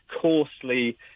coarsely